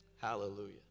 Hallelujah